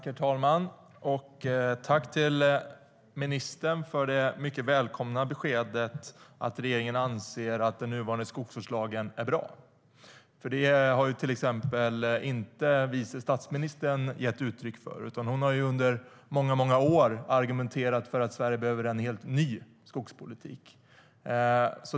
Herr talman! Ett tack till ministern för det mycket välkomna beskedet att regeringen anser att den nuvarande skogsvårdslagen är bra. Det har till exempel vice statsministern inte gett uttryck för. Hon har under många år argumenterar för att Sverige behöver en helt ny skogspolitik.